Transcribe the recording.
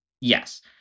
Yes